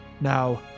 Now